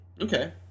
Okay